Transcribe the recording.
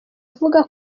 avuga